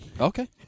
Okay